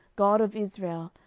god of israel,